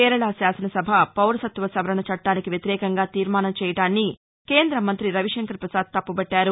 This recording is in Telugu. కేరళ శాసనసభ పౌరసత్వ సవరణ చట్టానికి వ్యతిరేకంగా తీర్మాసం చేయడాన్ని కేంద్రమంతి రవిశంకర్ ప్రసాద్ తప్పుపట్టారు